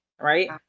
right